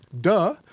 Duh